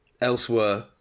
Elsewhere